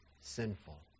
sinful